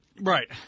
Right